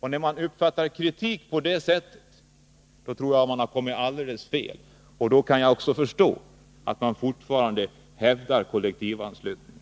Men om man har den uppfattningen, tror jag att man har kommit alldeles fel. Då kan jag också förstå att man fortfarande hävdar kravet på kollektivanslutning.